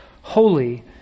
Holy